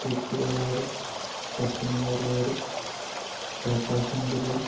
తూర్పు గోదావరి పశ్చిమ గోదావరి ప్రకాశం జిల్లా